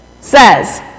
says